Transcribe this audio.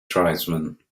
tribesman